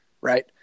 right